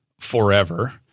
forever